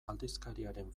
aldizkariaren